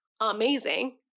amazing